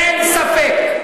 אין ספק,